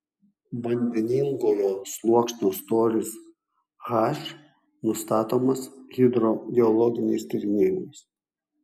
vandeningojo sluoksnio storis h nustatomas hidrogeologiniais tyrinėjimais